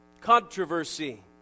controversy